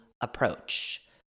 approach